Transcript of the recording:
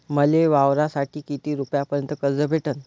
मले वावरासाठी किती रुपयापर्यंत कर्ज भेटन?